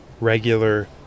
regular